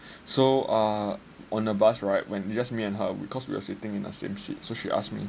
so err on a bus right when it was just me and her because we were sitting in the same seat so she asked me